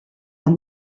amb